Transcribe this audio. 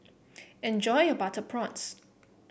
enjoy your Butter Prawns